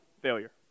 failure